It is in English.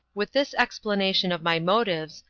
with this explanation of my motives,